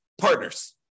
partners